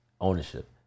Ownership